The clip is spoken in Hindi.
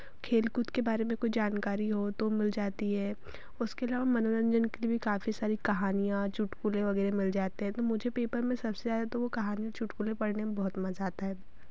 खेलकूद के बारे में कुछ जानकारी हो तो मिल जाती है उसके अलावा मनोरंजन के लिए भी काफ़ी सारी कहानियों चुटकुले वगैरह मिल जाते हैं तो मुझे पेपर में सबसे ज़्यादा तो वो कहानियों चुटकुले पढ़ने में बहुत मज़ा आता है